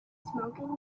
smoking